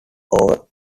over